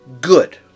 good